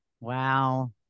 Wow